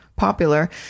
Popular